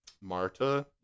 Marta